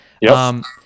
Yes